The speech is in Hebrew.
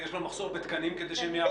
יש לו מחסור בתקנים כדי שהם יעבדו.